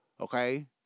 Okay